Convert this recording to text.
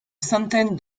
centaine